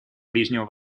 ближнем